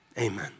amen